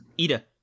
Ida